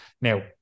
Now